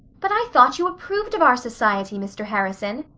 but i thought you approved of our society, mr. harrison,